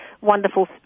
wonderful